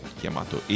chiamato